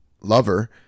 lover